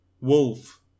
Wolf